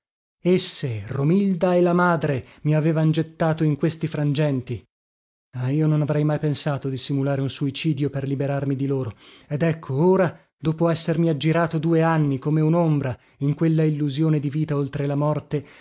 esse romilda e la madre mi avevan gettato in questi frangenti ah io non avrei mai pensato di simulare un suicidio per liberarmi di loro ed ecco ora dopo essermi aggirato due anni come unombra in quella illusione di vita oltre la morte